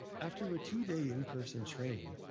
after a two-day in-person training,